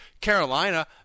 Carolina